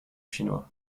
chinois